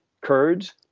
Kurds